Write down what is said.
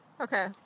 Okay